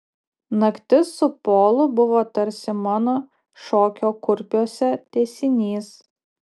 naktis su polu buvo tarsi mano šokio kurpiuose tęsinys